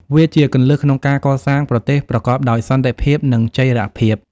វាជាគន្លឹះក្នុងការកសាងប្រទេសប្រកបដោយសន្តិភាព និងចីរភាព។